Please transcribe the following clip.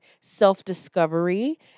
self-discovery